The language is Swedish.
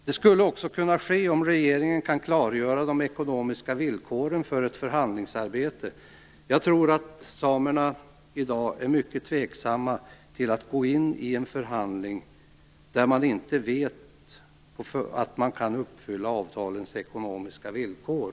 Det skulle också kunna ske om regeringen kan klargöra de ekonomiska villkoren för ett förhandlingsarbete. Jag tror att samerna i dag är mycket tveksamma till att gå in i en förhandling där man inte vet att man kan uppfylla avtalens ekonomiska villkor.